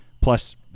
plus